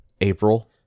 April